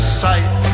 sight